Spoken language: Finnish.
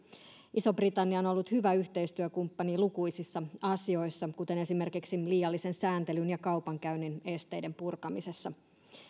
iso britannia on on ollut hyvä yhteistyökumppani lukuisissa asioissa kuten esimerkiksi liiallisen sääntelyn ja kaupankäynnin esteiden purkamisessa